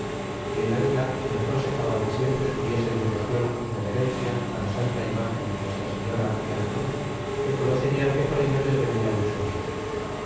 y el aguilar les aconsejaba que siempre tuviesen devocion y reverencia á la santa imagen de nuestra señora y á la cruz que conocerian que por ello les venia mucho bien